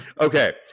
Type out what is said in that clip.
Okay